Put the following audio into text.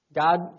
God